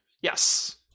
yes